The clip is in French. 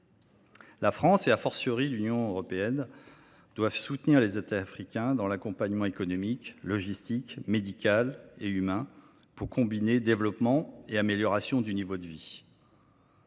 La France et l’Union européenne doivent soutenir les États africains dans l’accompagnement économique, logistique, médical et humain, pour combiner développement et amélioration du niveau de vie.